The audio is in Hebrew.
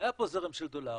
היה פה זרם של דולרים